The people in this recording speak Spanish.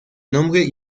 nombre